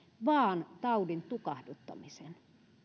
vaan taudin tukahduttamisen